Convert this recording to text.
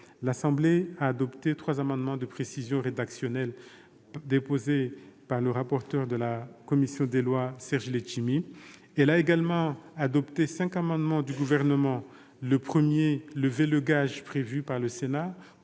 nationale a adopté trois amendements de précision rédactionnelle déposés par le rapporteur de la commission des lois, Serge Letchimy. Elle a également adopté cinq amendements du Gouvernement. Le premier tendait à lever le gage prévu par le Sénat